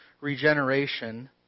regeneration